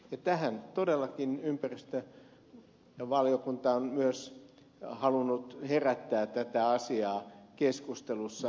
ja tähän todellakin ympäristövaliokunta on myös halunnut herättää tätä asiaa keskustelussaan